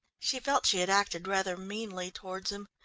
she felt she had acted rather meanly towards him.